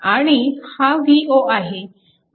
आणि हा v0 आहे